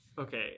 okay